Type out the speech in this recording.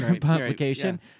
publication